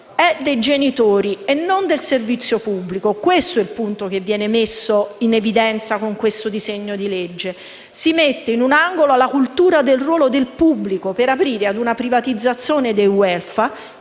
è dei genitori e non del servizio pubblico; questo è il punto che viene messo in evidenza con questo disegno di legge. Si mette in un angolo la cultura del ruolo del pubblico, per aprire ad una privatizzazione del *welfare*